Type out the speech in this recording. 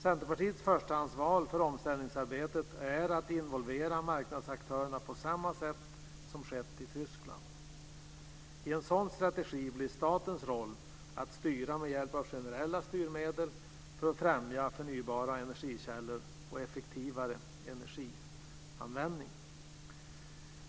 Centerpartiets förstahandsval för omställningsarbetet är att involvera marknadsaktörerna på samma sätt som skett i Tyskland. I en sådan strategi blir statens roll att styra med hjälp av generella styrmedel för att främja förnybara energikällor och effektivare energianvändning.